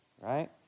right